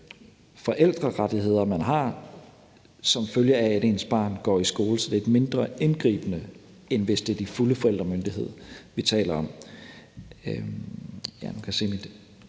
forældrerettigheder, man har, som følge af at ens barn går i skole. Så det er mindre indgribende, end hvis det er den fulde forældremynighed, vi taler om.